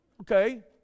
Okay